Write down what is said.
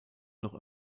noch